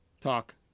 Talk